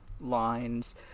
lines